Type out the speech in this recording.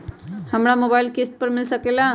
हमरा मोबाइल किस्त पर मिल सकेला?